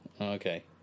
okay